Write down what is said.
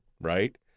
right